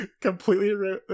Completely